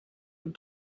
and